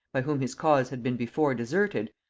by whom his cause had been before deserted,